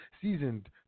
seasoned